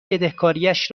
بدهکاریش